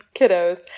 kiddos